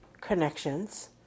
connections